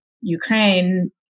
Ukraine